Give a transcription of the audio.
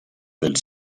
del